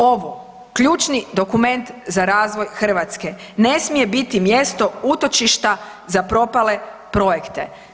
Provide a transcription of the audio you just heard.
Ovo, ključni dokument za razvoj Hrvatske, ne smije biti mjesto utočišta za propale projekte.